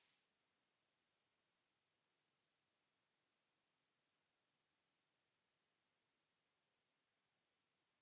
Kiitos